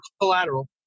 collateral